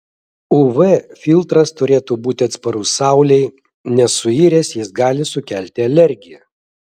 uv filtras turėtų būti atsparus saulei nes suiręs jis gali sukelti alergiją